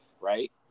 right